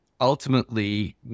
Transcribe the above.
ultimately